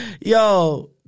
Yo